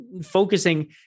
focusing